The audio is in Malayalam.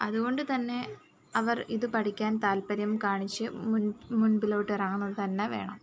അതുകൊണ്ട് തന്നെ അവർ ഇത് പഠിക്കാൻ താൽപ്പര്യം കാണിച്ച് മുൻ മുൻപിലോട്ടിറങ്ങുക തന്നെ വേണം